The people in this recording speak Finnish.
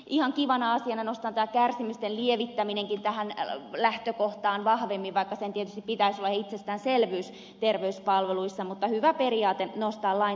ihan kivana asiana nostan tämän kärsimysten lievittämisenkin tähän lähtökohtaan vahvemmin vaikka sen tietysti pitäisi olla itsestäänselvyys terveyspalveluissa mutta hyvä periaate nostaa lain tasolle